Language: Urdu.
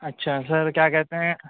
اچھا سر کیا کہتے ہیں